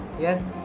Yes